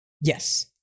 Yes